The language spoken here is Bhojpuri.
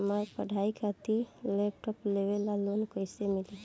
हमार पढ़ाई खातिर लैपटाप लेवे ला लोन कैसे मिली?